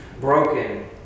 broken